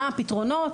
מה הפתרונות?